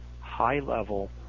high-level